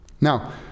Now